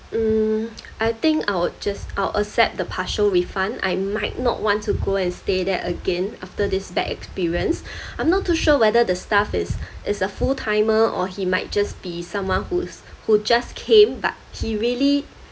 mm I think I will just I'll accept the partial refund I might not want to go and stay there again after this bad experience I'm not too sure whether the staff is is a full timer or he might just be someone who's who just came but he really